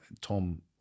Tom